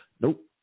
nope